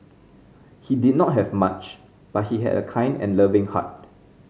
he did not have much but he had a kind and loving heart